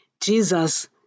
jesus